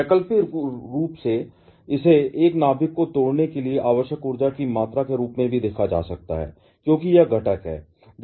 वैकल्पिक रूप से इसे एक नाभिक को तोड़ने के लिए आवश्यक ऊर्जा की मात्रा के रूप में भी देखा जा सकता है क्योंकि यह घटक है